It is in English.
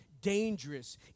dangerous